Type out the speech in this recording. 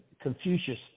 Confucius